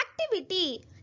Activity